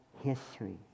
history